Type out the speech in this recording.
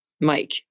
Mike